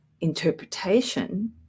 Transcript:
interpretation